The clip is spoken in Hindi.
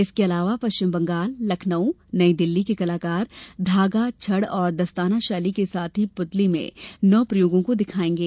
इसके अलावा पश्चिम बंगाल लखनउ नई दिल्ली के कलाकार धागा छड़ और दस्ताना शैली के साथ ही पुतली में नौ प्रयोगों को दिखाएंगे